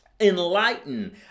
Enlighten